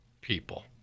people